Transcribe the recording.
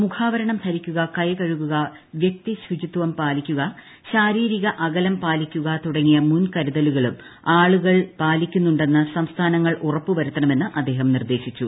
മുഖാവരണം ധരിക്കുക കൈകഴുകുക വൃക്തി ശുചിത്വം പാലിക്കുക ശാരീരിക അകലം പാലിക്കുക തുടങ്ങിയ മുൻകരുതലുകളും ആളുകൾ പാലിക്കുന്നുണ്ടെന്ന് സംസ്ഥാനങ്ങൾ ഉറപ്പുവരുത്തണമെന്ന് അദ്ദേഹം നിർദേശിച്ചു